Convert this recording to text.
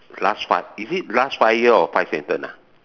last five is it last five year or five sentence ah